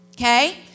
Okay